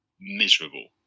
miserable